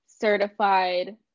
certified